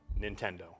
Nintendo